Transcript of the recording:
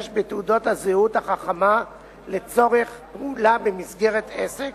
בתעודת הזהות החכמה לצורך פעולה במסגרת עסק